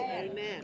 Amen